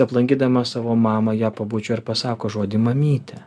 aplankydamas savo mamą ją pabučio ir pasako žodį mamyte